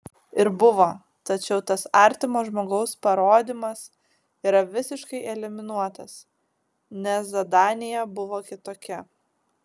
ir buvo tačiau tas artimo žmogaus parodymas yra visiškai eliminuotas nes zadanija buvo kitokia